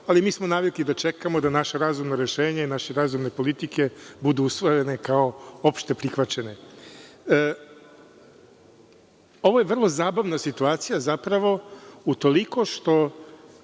ali mi smo navikli da čekamo da naše razumno rešenje, da naše razumne politike budu usvojene kao opšte prihvaćene. Ovo je vrlo zabavna situacija zapravo utoliko što